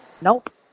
Nope